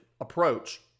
approach